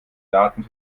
daten